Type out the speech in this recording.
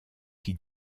qui